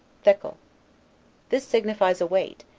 thekel this signifies a weight,